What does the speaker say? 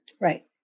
Right